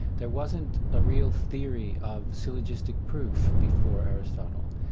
there wasn't a real theory of syllogistic proof before aristotle,